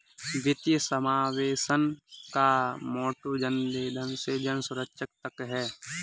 वित्तीय समावेशन का मोटो जनधन से जनसुरक्षा तक है